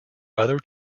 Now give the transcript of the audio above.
other